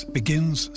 begins